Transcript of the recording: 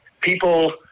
People